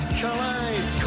collide